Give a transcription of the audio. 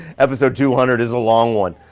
episode two hundred is a long one.